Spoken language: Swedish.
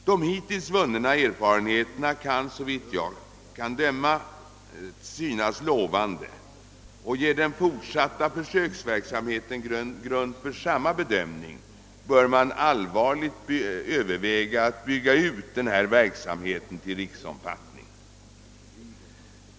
De hittills vunna erfarenheterna är, såvitt jag kan döma, lovande, och ger den = fortsatta — försöksverksamheten grund för samma bedömning, bör man allvarligt överväga att bygga ut verksamheten till riksomfattning.